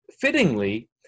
fittingly